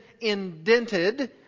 indented